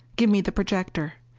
give me the projector.